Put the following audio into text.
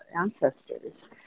ancestors